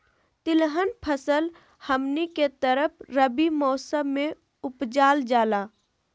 तिलहन फसल हमनी के तरफ रबी मौसम में उपजाल जाला